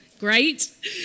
Great